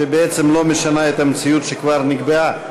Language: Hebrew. שבעצם לא משנה את המציאות שכבר נקבעה.